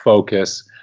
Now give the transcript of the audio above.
focus,